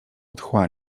otchła